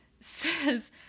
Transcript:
says